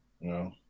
No